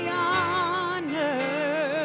honor